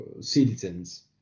citizens